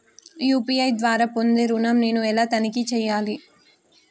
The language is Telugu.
యూ.పీ.ఐ ద్వారా పొందే ఋణం నేను ఎలా తనిఖీ చేయాలి?